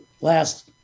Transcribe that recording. last